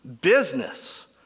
business